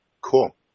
cool